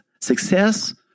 success